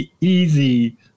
easy